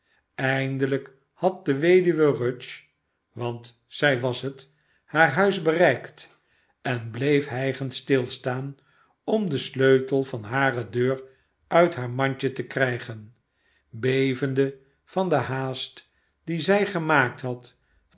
eindelijk had de weduwe rudge want zij was het haar huis bereikt en bleef hijgend stilstaan om den sleutel van hare deur uit haar mandje te krijgen eevende van de haast die zij ge maakt had